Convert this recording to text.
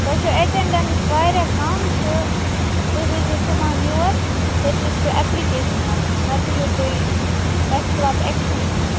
تۄہہِ چھو ایٚٹیٚنڑَیٚنٕس واریاہ کَم تہٕ تُہۍ ؤسزیٚو صبحن یوٚر ییتہِ لیٚکھزیٚو ایپلِکیشن اکھ نَتہٕ یِیو تُہۍ تۄہہِ خلاف ایٚکشن نِنہٕ